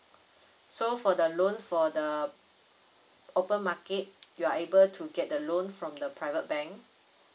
so for the loan for the open market you are able to get the loan from the private bank